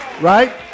Right